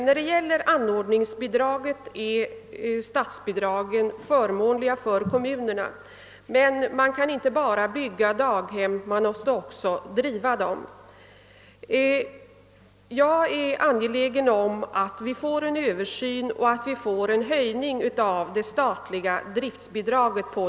Vad beträffar anordningsbidraget är statsbidragen förmånliga för kommunerna, men man kan inte bara bygga daghem, utan man måste också driva dem. Jag är därför angelägen om att det sker en översyn och en höjning av det statliga driftbidraget.